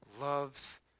loves